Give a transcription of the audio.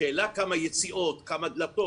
השאלה כמה יציאות, כמה דלתות.